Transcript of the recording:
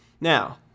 Now